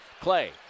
Clay